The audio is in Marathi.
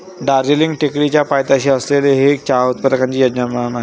दार्जिलिंग टेकडीच्या पायथ्याशी असलेले हे चहा उत्पादकांचे यजमान आहे